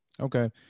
Okay